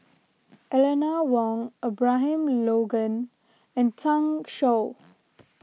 Eleanor Wong Abraham Logan and Zhang Shuo